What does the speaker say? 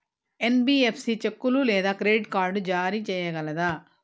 NBFC చెక్కులు లేదా credit card జారీ చేయగలదా?